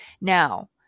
Now